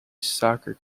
soccer